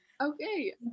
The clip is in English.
Okay